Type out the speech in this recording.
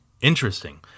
Interesting